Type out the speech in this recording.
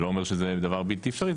זה לא אומר שזה דבר בלתי אפשרי,